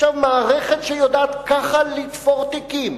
מערכת שיודעת ככה לתפור תיקים,